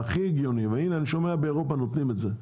ואני שומע שבאירופה נותנים את זה.